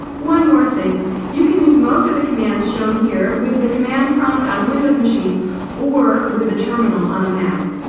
one more thing you can use most of the commands shown here with the command prompt on a windows machine or with the terminal on a mac